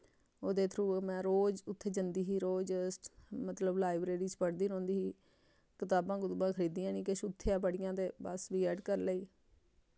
ओह्दे थरू मैं रोज उत्थै जंदी ही रोज मतलब लाइब्रेरी च पढ़दी रौंह्दी ही कताबां कतूबां खरीदियां निं किश उत्थै गै पढ़ियां ते बस बी ऐड्ड करी लेई